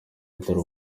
atari